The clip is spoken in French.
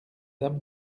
dame